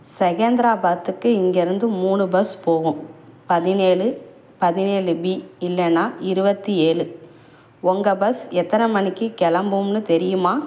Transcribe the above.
செகேந்திராபாத்துக்கு இங்கே இருந்து மூணு பஸ் போகும் பதினேழு பதினேழு பி இல்லைன்னா இருபத்தி ஏழு உங்க பஸ் எத்தனை மணிக்கு கிளம்பும்னு தெரியுமா